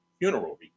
funeral